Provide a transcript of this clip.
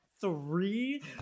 three